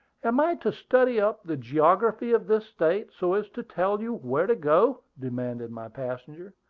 am i to study up the geography of this state, so as to tell you where to go? demanded my passenger.